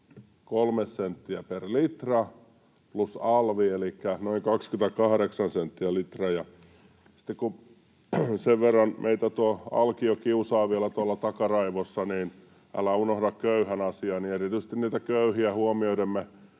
23 senttiä per litra plus alvi elikkä noin 28 senttiä per litra. Ja kun sen verran meitä tuo Alkio kiusaa vielä tuolla takaraivossa, että älä unohda köyhän asiaa, niin erityisesti niitä köyhiä huomioiden me